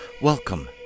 Welcome